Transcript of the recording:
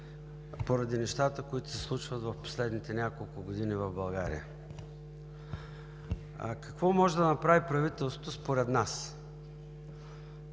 поради нещата, които се случват в последните няколко години в България. Какво може да направи правителството, защото според нас